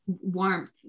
Warmth